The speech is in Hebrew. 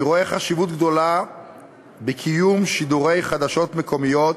אני רואה חשיבות גדולה בקיום שידורי חדשות מקומיות,